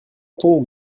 tombe